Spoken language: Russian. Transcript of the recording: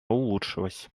улучшилось